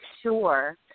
sure